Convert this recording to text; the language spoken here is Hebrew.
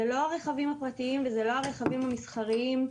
זה לא הרכבים הפרטיים וזה לא הרכבים המסחריים.